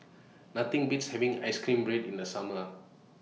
Nothing Beats having Ice Cream Bread in The Summer